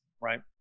Right